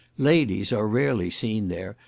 ladies are rarely seen there,